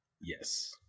Yes